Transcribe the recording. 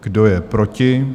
Kdo je proti?